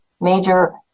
major